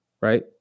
right